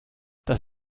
das